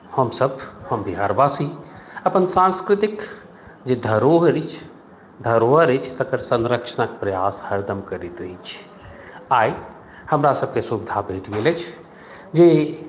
हमसभ हम बिहारवासी अपन सांस्कृतिक जे धरोहरि अछि धरोहरि अछि तकर संरक्षणक प्रयास हरदम करैत अछि आइ हमरासभकेँ सुविधा भेट गेल अछि जे